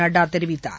நட்டா தெரிவித்தார்